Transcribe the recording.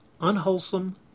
unwholesome